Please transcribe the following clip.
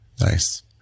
nice